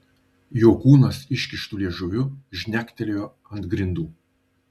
jo kūnas iškištu liežuviu žnektelėjo ant grindų